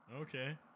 Okay